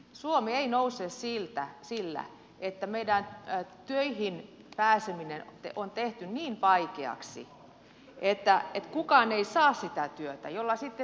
suomi ei nouse sillä että meillä töihin pääseminen on tehty niin vaikeaksi että kukaan ei saa sitä työtä jolla haluaisi elää